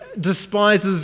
despises